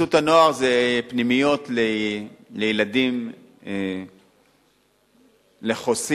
חסות הנוער זה פנימיות לילדים, לחוסים.